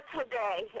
today